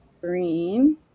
green